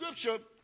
scripture